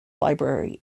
library